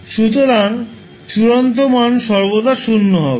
সুতরাং চূড়ান্ত মান সর্বদা শূন্য হবে